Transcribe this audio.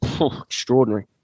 extraordinary